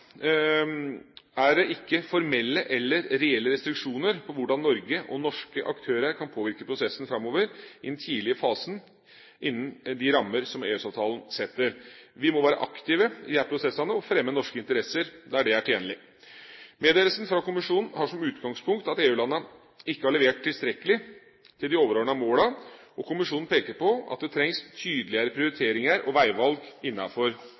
er sagt: Det er ikke formelle eller reelle restriksjoner på hvordan Norge og norske aktører kan påvirke prosessen framover i den tidlige fasen innen de rammer EØS-avtalen setter. Vi må være aktive i disse prosessene og fremme norske interesser der det er tjenlig. Meddelelsen fra Kommisjonen har som utgangspunkt at EU-landene ikke har levert tilstrekkelig i forhold til de overordnede målene, og Kommisjonen peker på at det trengs tydeligere prioriteringer og veivalg